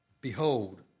Behold